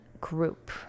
Group